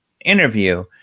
interview